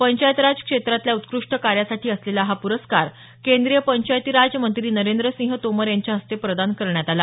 पंचायतराज श्रेत्रातल्या उत्कृष्ट कार्यासाठी असलेला हा पुरस्कार केंद्रीय पंचायतीराज मंत्री नरेंद्र सिंह तोमर यांच्या हस्ते प्रदान करण्यात आला